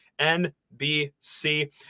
NBC